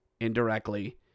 indirectly